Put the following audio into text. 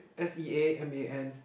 S_E_A_M_A_N